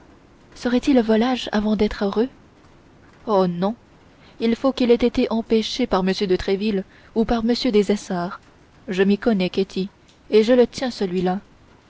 serait-il volage avant d'être heureux oh non il faut qu'il ait été empêché par m de tréville ou par m des essarts je m'y connais ketty et je le tiens celui-là